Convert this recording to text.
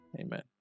amen